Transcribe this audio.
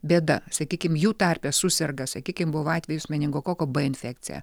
bėda sakykim jų tarpe suserga sakykim buvo atvejis meningokoko infekcija